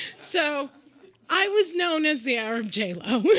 so i was known as the arab j-lo.